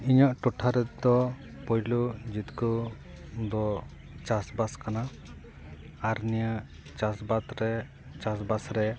ᱤᱧᱟᱹᱜ ᱴᱚᱴᱷᱟ ᱨᱮᱫᱚ ᱯᱳᱭᱞᱳ ᱡᱤᱵᱠᱟᱹ ᱫᱚ ᱪᱟᱥ ᱵᱟᱥ ᱠᱟᱱᱟ ᱟᱨ ᱱᱤᱭᱟᱹ ᱪᱟᱥ ᱵᱟᱛ ᱨᱮ ᱪᱟᱥ ᱵᱟᱥ ᱨᱮ